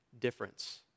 difference